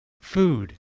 food